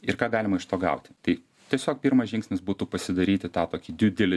ir ką galima iš to gauti tai tiesiog pirmas žingsnis būtų pasidaryti tą tokį didelį